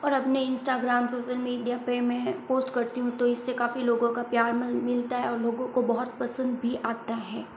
और अपनी Instagram social media पर पोस्ट करती हूँ तो इससे काफ़ी लोगों का प्यार मिलता है और लोगों को बहुत पसंद भी आता हैं